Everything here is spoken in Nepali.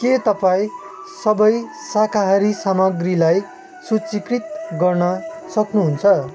के तपाईँ सबै शाकाहारी सामग्रीलाई सूचीकृत गर्न सक्नुहुन्छ